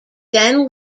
then